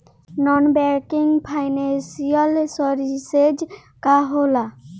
Non banking financial services का होला?